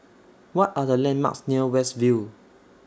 What Are The landmarks near West View